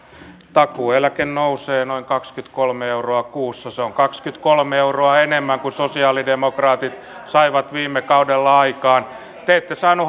takuueläke nousee noin kaksikymmentäkolme euroa kuussa se on kaksikymmentäkolme euroa enemmän kuin sosialidemokraatit saivat viime kaudella aikaan te ette saaneet